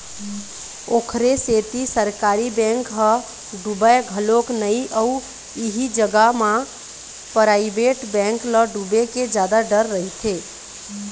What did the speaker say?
ओखरे सेती सरकारी बेंक ह डुबय घलोक नइ अउ इही जगा म पराइवेट बेंक ल डुबे के जादा डर रहिथे